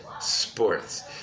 Sports